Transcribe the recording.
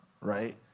Right